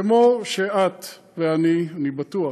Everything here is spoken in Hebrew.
כמו שאת ואני, אני בטוח,